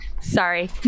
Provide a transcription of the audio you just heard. sorry